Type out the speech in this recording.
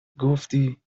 گفتی